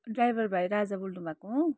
driver भाइ राजा बोल्नुभएको हो